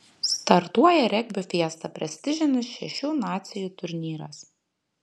startuoja regbio fiesta prestižinis šešių nacijų turnyras